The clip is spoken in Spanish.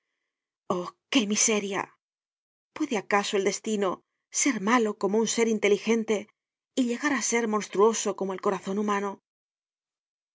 qué miseria puede acaso el destino ser malo como un ser inteligente y llegar á ser monstruoso como el corazon humano